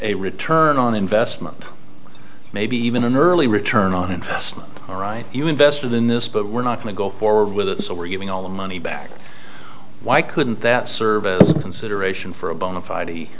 a return on investment maybe even an early return on investment all right you invested in this but we're not going to go forward with it so we're giving all the money back why couldn't that service consideration for a bonafide